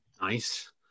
Nice